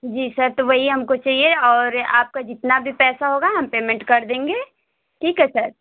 जी shirt तो वही हमको चाहिए और आपका जितना भी पैसा होगा हम पेमेंट कर देंगे ठीक है सर